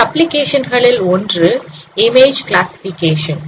இந்த அப்ளிகேஷன் களில் ஒன்று இமேஜ் கிளாசிஃபிகேஷன்